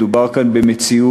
מדובר כאן במציאות,